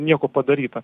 nieko padaryta